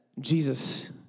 Jesus